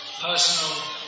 personal